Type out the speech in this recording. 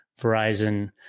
Verizon